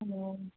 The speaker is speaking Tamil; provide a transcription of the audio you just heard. ம்